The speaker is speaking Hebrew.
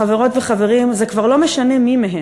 חברות וחברים, כבר לא משנה מי מהם,